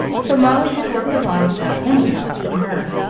so molly had worked along without any help from her,